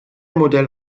modell